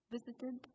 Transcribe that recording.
Visited